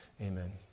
Amen